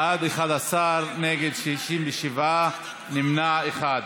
בעד, 11, נגד, 67, נמנע אחד.